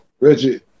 Reggie